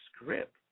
script